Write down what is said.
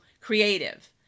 creative